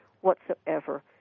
whatsoever